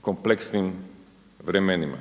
kompleksnim vremenima.